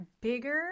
bigger